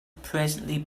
presently